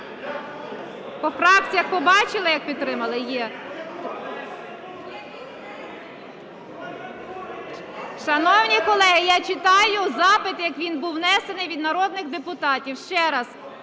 Шановні колеги, я читаю запит, як він був внесений від народних депутатів. Ще раз